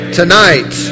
tonight